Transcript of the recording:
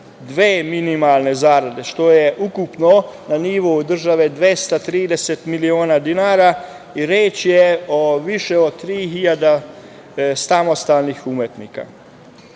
dve minimalne zarade, što je ukupno na nivou države 230 miliona dinara. Reč je više od 3.000 samostalnih umetnika.